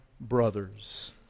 brothers